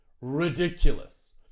Ridiculous